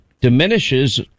diminishes